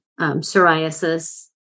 psoriasis